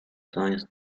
science